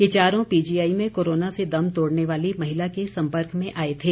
ये चारों पीजीआई में कोरोना से दम तोड़ने वाली महिला के संपर्क में आए थे